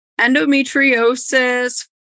endometriosis